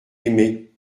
aimés